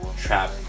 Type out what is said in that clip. trap